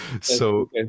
So-